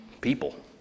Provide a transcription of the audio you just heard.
people